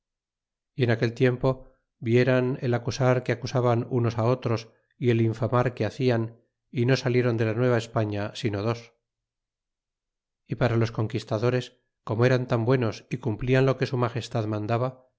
en aquel tiempo vieran el acusar que acusaban unos á otros y el infamar que hacian y no salieron de la nueva españa sino dus y para los c onquistadores como eran tan buenos y compilan lo que su magestad mandaba